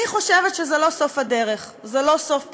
אני חושבת שזה לא סוף הדרך, זה לא סוף פסוק.